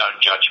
judge